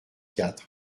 quatre